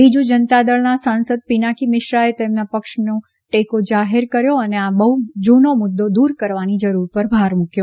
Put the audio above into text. બીજુ જનતાદળના સાંસદ પિનાકી મિશ્રાએ તેમના પક્ષનો ટેકો જાહેર કર્યો અને આ બહ્ જૂનો મુદ્દો દૂર કરવાની જરૂર પર ભાર મૂક્યો